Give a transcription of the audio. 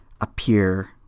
appear